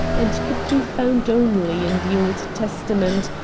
and could be found only in the old testament,